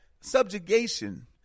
subjugation